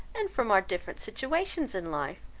and from our different situations in life,